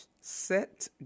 set